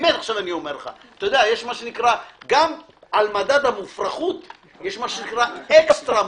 אתה יודע, גם על מדד המופרכות יש אקסטרה מופרך.